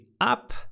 up